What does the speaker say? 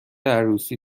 عروسی